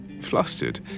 flustered